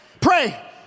Pray